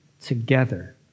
together